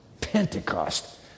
Pentecost